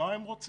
מה הם רוצים?